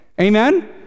Amen